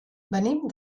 venim